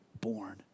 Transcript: born